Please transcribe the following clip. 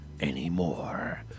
Anymore